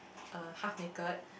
uh half naked